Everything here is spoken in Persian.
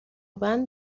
بند